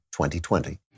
2020